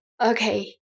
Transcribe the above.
okay